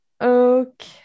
Okay